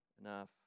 enough